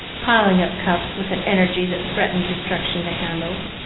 piling up cups with an energy that threatened destruction to handles.